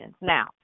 now